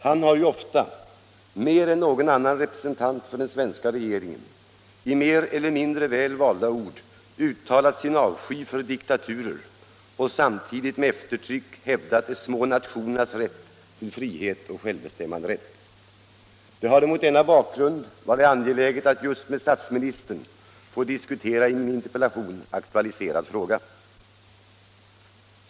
Han har ju ofta, mer än någon annan representant för den svenska regeringen, i mer eller mindre väl valda ord uttalat sin avsky för diktaturer och samtidigt med eftertryck hävdat de små nationernas rätt till frihet och självbestämmanderätt. Det hade mot denna bakgrund varit angeläget att just med statsministern få diskutera i min interpellation aktualiserad fråga.